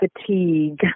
fatigue